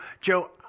Joe